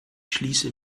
schließe